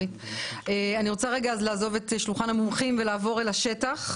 אני רוצה לעזוב את שולחן המומחים ולעבור אל השטח.